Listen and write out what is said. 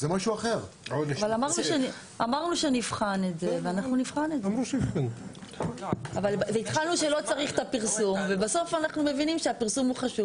אחרי "אישור ייצור נאות" יבוא "ולא יחדש אישור כאמור" ובמקום הסיפה החל